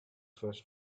first